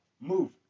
Move